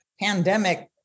pandemic